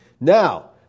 Now